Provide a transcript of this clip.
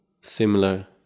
similar